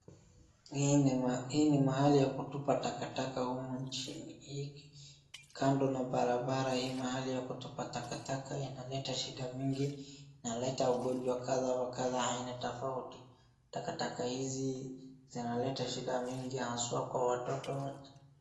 Hii ni mahali ya kutupa takataka humu nchini kando na barabara hii mahali ya kutupa takataka inaleta shida mingi inaleta ugonjwa kadha wa kadha aina tofauti takataka hizi zinaleta shida nyingi haswa kwa watoto.